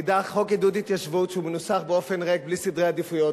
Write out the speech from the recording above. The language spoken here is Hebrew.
חוק לעידוד התיישבות שמנוסח באופן ריק בלי סדר עדיפויות.